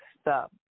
stop